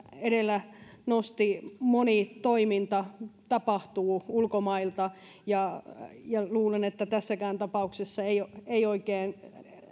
edellä nosti moni toiminta tapahtuu ulkomailta käsin ja luulen että tässäkään tapauksessa eivät oikein